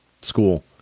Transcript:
school